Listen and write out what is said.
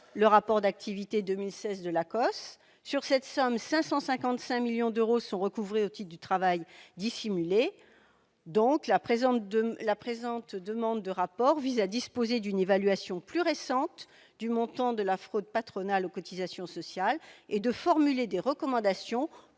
le rapport d'activité pour 2016 de l'ACOSS. Sur cette somme, 555 millions d'euros sont recouvrés au titre du travail dissimulé. La présente demande de rapport vise à ce que nous puissions disposer d'une évaluation plus récente du montant de la fraude patronale aux cotisations sociales et de recommandations